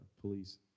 police